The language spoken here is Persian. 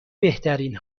بهترین